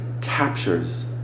captures